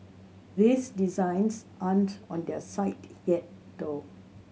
these designs aren't on their site yet though